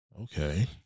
Okay